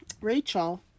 rachel